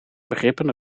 begrippen